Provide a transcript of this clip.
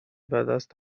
بدست